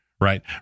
right